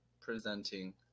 presenting